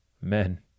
men